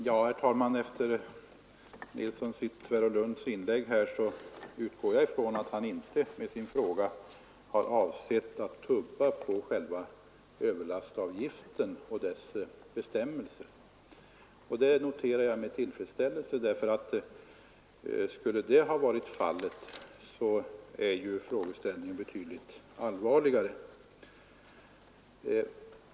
Herr talman! Efter herr Nilssons i Tvärålund inlägg utgår jag från att han inte med sin fråga har avsett att röra vid själva överlastavgiften och bestämmelserna därom. Det noterar jag med tillfredsställelse. Skulle det ha varit fallet är nämligen frågeställningen betydligt allvarligare.